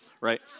right